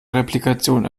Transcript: replikation